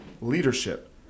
leadership